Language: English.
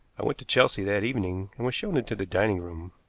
i went to chelsea that evening, and was shown into the dining-room.